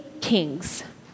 kings